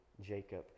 Jacob